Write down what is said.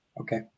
Okay